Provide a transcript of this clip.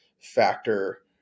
factor